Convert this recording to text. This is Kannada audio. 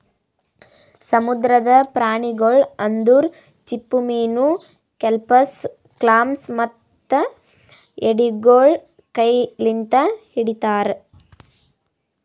ಸಮುದ್ರದ ಪ್ರಾಣಿಗೊಳ್ ಅಂದುರ್ ಚಿಪ್ಪುಮೀನು, ಕೆಲ್ಪಸ್, ಕ್ಲಾಮ್ಸ್ ಮತ್ತ ಎಡಿಗೊಳ್ ಕೈ ಲಿಂತ್ ಹಿಡಿತಾರ್